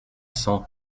cent